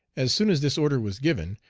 as soon as this order was given,